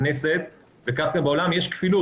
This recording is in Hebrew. הכנסת וכך גם בעולם יש כפילות.